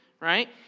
right